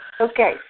Okay